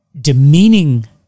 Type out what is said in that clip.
demeaning